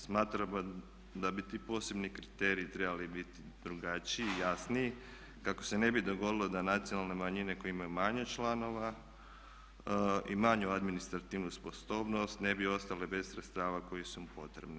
Smatramo da bi ti posebni kriteriji trebali biti drugačiji i jasniji kako se ne bi dogodilo da nacionalne manjine koje imaju manje članova i manju administrativnu sposobnost ne bi ostale bez sredstava koja su im potrebna.